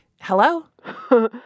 Hello